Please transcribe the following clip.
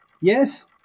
yes